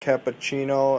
cappuccino